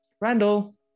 Randall